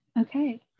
Okay